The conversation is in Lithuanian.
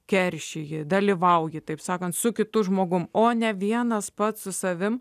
keršiji dalyvauji taip sakant su kitu žmogumi o ne vienas pats su savimi